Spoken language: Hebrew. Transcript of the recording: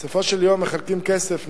בסופו של יום מחלקים כסף,